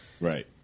Right